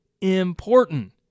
important